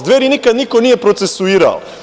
Dveri nikad niko nije procesuirao.